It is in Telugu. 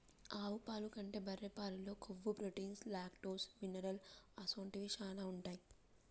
ఆవు పాల కంటే బర్రె పాలల్లో కొవ్వు, ప్రోటీన్, లాక్టోస్, మినరల్ అసొంటివి శానా ఉంటాయి